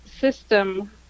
system